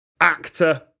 actor